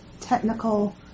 technical